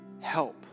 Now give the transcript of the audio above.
help